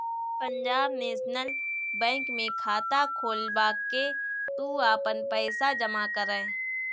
Punjab National Bank में खाता खोलवा के तू आपन पईसा जमा करअ